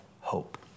hope